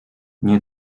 nie